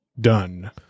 done